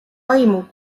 aimu